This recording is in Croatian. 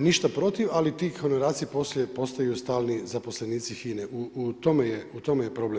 ništa protiv, ali ti honorarci poslije postaju stalni zaposlenici HINA-e u tome je problem.